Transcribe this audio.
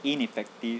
ineffective